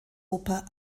oper